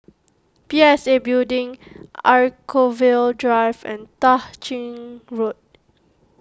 P S A Building Anchorvale Drive and Tah Ching Road